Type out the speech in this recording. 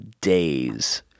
Days